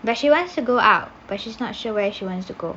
but she wants to go out but she's not sure where she wants to go